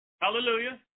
Hallelujah